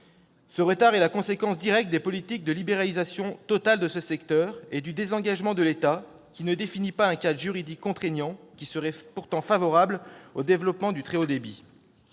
Ce retard est la conséquence directe des politiques de libéralisation totale de ce secteur et du désengagement de l'État, qui ne définit pas un cadre juridique contraignant, lequel serait pourtant favorable au développement du très haut débit.